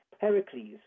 Pericles